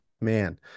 man